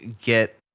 get